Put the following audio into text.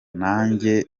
nanjye